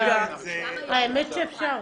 האמת שאפשר.